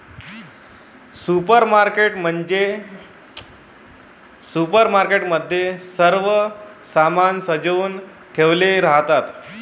supermarket मध्ये सर्व सामान सजवुन ठेवले राहतात